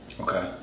Okay